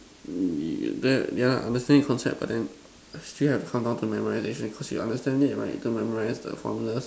you yeah same concept but then still have to come down to memorization cause you understand it right to memorize the formulas